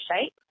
shape